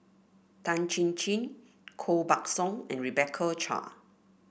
Tan Chin Chin Koh Buck Song and Rebecca Chua